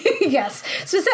Yes